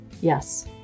Yes